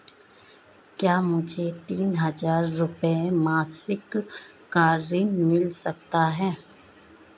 क्या मुझे तीन हज़ार रूपये मासिक का ऋण मिल सकता है?